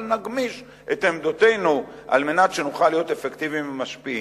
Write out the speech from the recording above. אבל נגמיש את עמדותינו על מנת שנוכל להיות אפקטיביים ומשפיעים.